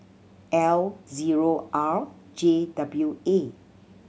L zero R J W A